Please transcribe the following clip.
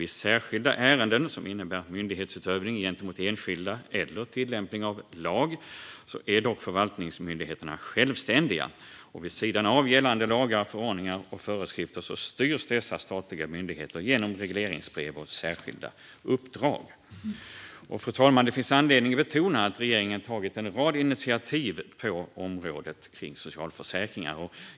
I särskilda ärenden som innebär myndighetsutövning gentemot enskilda eller tillämpning av lag är dock förvaltningsmyndigheterna självständiga. Vid sidan av gällande lagar, förordningar och föreskrifter styrs dessa statliga myndigheter genom regleringsbrev och särskilda uppdrag. Gransknings-betänkandeRegeringens ansvar för förvaltningen m.m. Fru talman! Det finns anledning att betona att regeringen har tagit en rad initiativ på området kring socialförsäkringar.